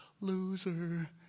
loser